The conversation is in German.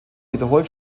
wiederholt